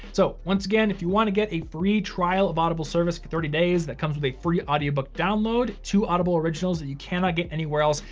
so once again, if you wanna get a free trial of audible service for thirty days that comes with a free audiobook download, two audible original that you cannot get anywhere else,